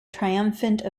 triumphant